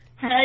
hey